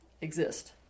exist